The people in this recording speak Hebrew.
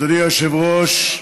אדוני היושב-ראש,